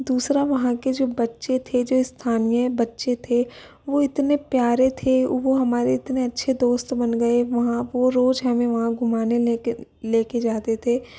दूसरा वहाँ के जो बच्चे थे जो स्थानीय बच्चे थे वो इतने प्यारे थे वो हमारे इतने अच्छे दोस्त बन गए वहाँ वो रोज़ हमें वहाँ घुमाने लेकर लेकर जाते थे